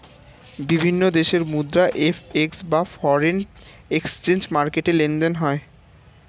বিভিন্ন দেশের মুদ্রা এফ.এক্স বা ফরেন এক্সচেঞ্জ মার্কেটে লেনদেন হয়